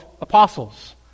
apostles